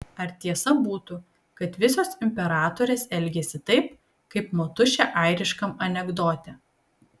ar tiesa būtų kad visos imperatorės elgiasi taip kaip motušė airiškam anekdote